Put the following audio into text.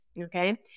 Okay